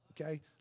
okay